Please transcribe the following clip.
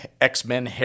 X-Men